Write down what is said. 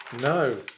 No